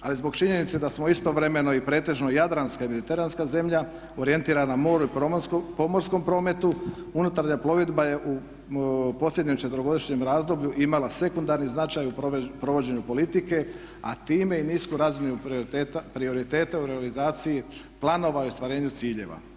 Ali zbog činjenice da smo istovremeno i pretežno jadranska i mediteranska zemlja orijentirana moru i pomorskom prometu unutarnja plovidba je u posljednjem četverogodišnjem razdoblju imala sekundarni značaj u provođenju politike a time i nisku razinu prioriteta u realizaciji planova i ostvarenju ciljeva.